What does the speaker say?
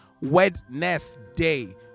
Wednesday